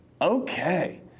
okay